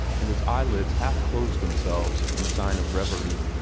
and his eyelids half closed themselves in sign of revery.